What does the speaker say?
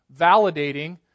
validating